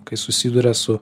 kai susiduria su